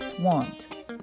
Want